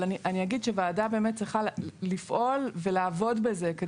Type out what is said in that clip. אני אגיד שוועדה באמת צריכה לפעול ולעבוד בזה.